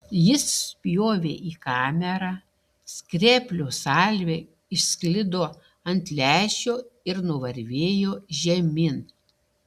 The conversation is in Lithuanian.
jis spjovė į kamerą skreplių salvė išsklido ant lęšio ir nuvarvėjo žemyn